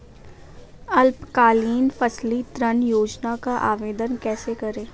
अल्पकालीन फसली ऋण योजना का आवेदन कैसे करें?